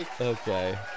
okay